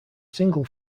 single